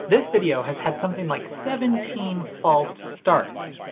this video has had something like seventeen false starts.